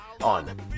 on